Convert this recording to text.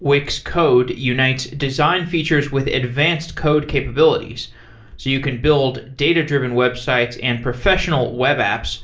wix code unites design features with advanced code capabilities, so you can build data-driven websites and professional web apps